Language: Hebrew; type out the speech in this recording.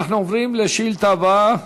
אנחנו עוברים לשאילתה הבאה.